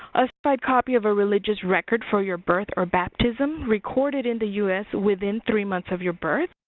a certified copy of a religious record for your birth or baptism recorded in the u s. within three months of your birth.